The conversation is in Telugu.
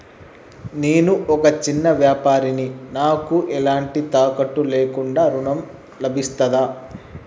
నేను ఒక చిన్న వ్యాపారిని నాకు ఎలాంటి తాకట్టు లేకుండా ఋణం లభిస్తదా?